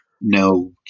no